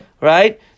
Right